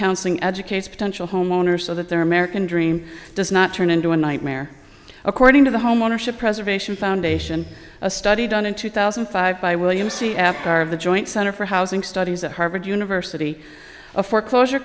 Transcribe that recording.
counseling educates potential homeowners so that their american dream does not turn into a nightmare according to the homeownership preservation foundation a study done in two thousand and five by william c after of the joint center for housing studies at harvard university a foreclosure